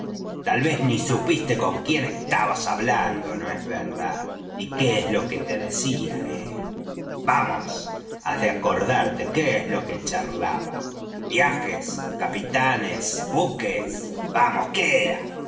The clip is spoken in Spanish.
tal vez ni supiste con quién estabas hablando no es verdad ni qué es lo que decía eh vamos haz por acordarte qué es lo que charlaba viajes capitanes buques vamos qué era